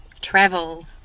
Travel